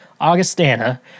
Augustana